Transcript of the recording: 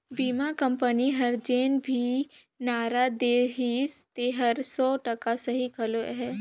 बीमा कंपनी हर जेन भी नारा देहिसे तेहर सौ टका सही घलो अहे